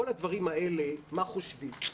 כל הדברים האלה מה חושבים?